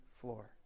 floor